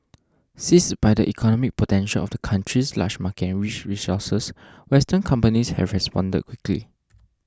seized by the economic potential of the country's large market and rich resources western companies have responded quickly